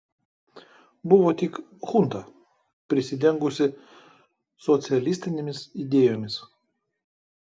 buvo tik chunta prisidengusi socialistinėmis idėjomis